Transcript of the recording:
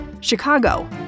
Chicago